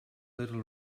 little